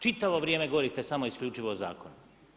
Čitavo vrijeme govorite samo isključivo o zakonu.